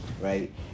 right